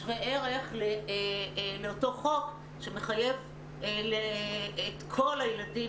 שווה ערך לאותו חוק שמחייב את כל הילדים